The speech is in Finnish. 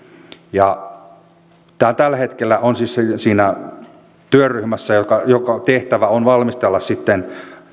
tällä hetkellä olen siis siinä työryhmässä jonka tehtävä on valmistella sitten